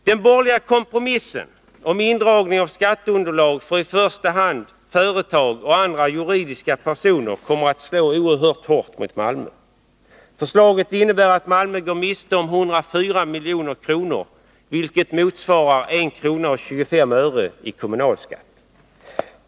Den borgerliga kompromissen om indragning av skatteunderlag för i första hand företag och andra juridiska personer kommer att slå oerhört hårt mot Malmö. Förslaget innebär att Malmö går miste om 104 milj.kr., vilket motsvarar 1:25 kr. i kommunalskatt.